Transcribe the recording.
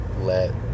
let